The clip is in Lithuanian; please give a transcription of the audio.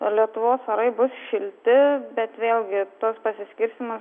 lietuvos orai bus šilti bet vėlgi toks pasiskirstymas